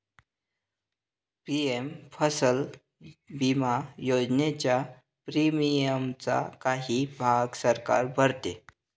PM फसल विमा योजनेच्या प्रीमियमचा काही भाग सरकार भरते